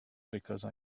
because